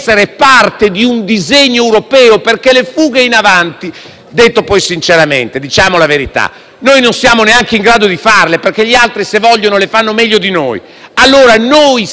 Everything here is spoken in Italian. - non siamo neanche in grado di farle, perché gli altri, se vogliono, le fanno meglio di noi. Noi siamo il Paese d'Europa più interessato a un'Europa che decolli.